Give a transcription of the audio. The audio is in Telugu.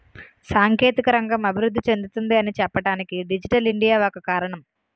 సాంకేతిక రంగం అభివృద్ధి చెందుతుంది అని చెప్పడానికి డిజిటల్ ఇండియా ఒక కారణం